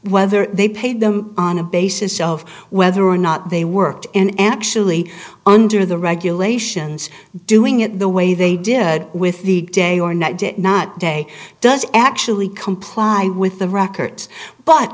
whether they paid them on a basis of whether or not they worked and actually under the regulations doing it the way they did with the day or not did not day does actually comply with the records but